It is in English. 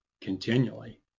continually